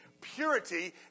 purity